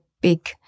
big